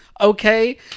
okay